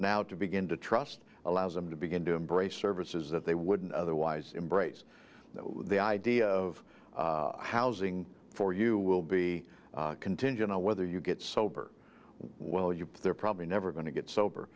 now to begin to trust allows them to begin to embrace services that they wouldn't otherwise embrace the idea of housing for you will be contingent on whether you get sober well you probably never going to get sober